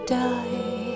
die